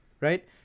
right